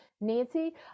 Nancy